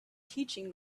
teaching